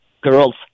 girls